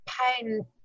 pain